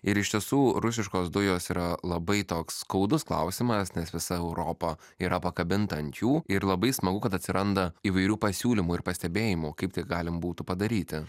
ir iš tiesų rusiškos dujos yra labai toks skaudus klausimas nes visa europa yra pakabinta ant jų ir labai smagu kad atsiranda įvairių pasiūlymų ir pastebėjimų kaip tai galim būtų padaryti